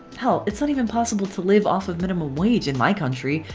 hell it's not even possible to live off of minimum wage in my country!